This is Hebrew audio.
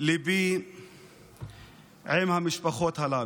ליבי עם המשפחות הללו.